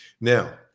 Now